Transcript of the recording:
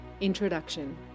Introduction